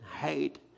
hate